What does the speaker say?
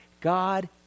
God